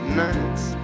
nights